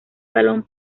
balón